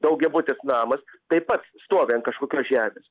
daugiabutis namas taip pat stovi an kažkokios žemės